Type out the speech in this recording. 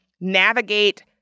navigate